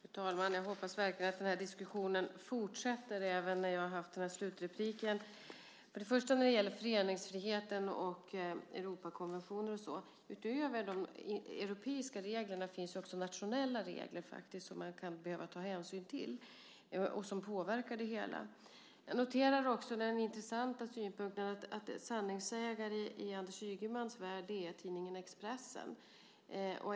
Fru talman! Jag hoppas verkligen att den här diskussionen fortsätter även efter den här slutrepliken. När det gäller föreningsfriheten och Europakonventionen vill jag säga att utöver de europeiska reglerna finns ju också nationella regler som man kan behöva ta hänsyn till och som påverkar det hela. Jag noterar också den intressanta synpunkten att sanningssägare i Anders Ygemans värld är tidningen Expressen.